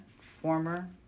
former